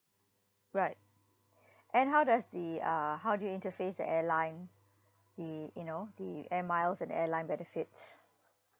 right and how does the uh how do you interface the airline the you know the air miles and the airline benefits